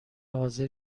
حاضر